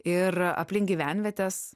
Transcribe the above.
ir aplink gyvenvietes